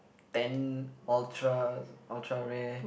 ten ultra ultra rare